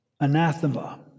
anathema